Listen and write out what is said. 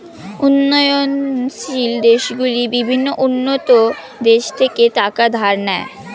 উন্নয়নশীল দেশগুলি বিভিন্ন উন্নত দেশ থেকে টাকা ধার নেয়